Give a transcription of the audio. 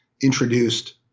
introduced